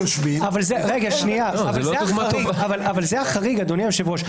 אבל זה החריג, אדוני היושב ראש.